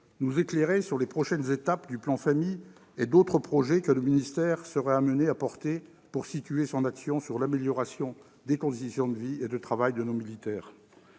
nous éclairer sur les prochaines étapes du plan Famille et d'autres projets que le ministère serait amené à porter pour situer son action sur l'amélioration des conditions de vie et de travail de nos militaires